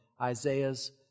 Isaiah's